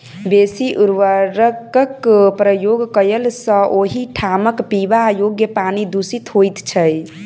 बेसी उर्वरकक प्रयोग कयला सॅ ओहि ठामक पीबा योग्य पानि दुषित होइत छै